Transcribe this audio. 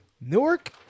Newark